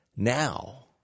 Now